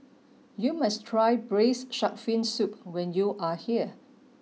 you must try Braised Shark Fin Soup when you are here